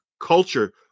culture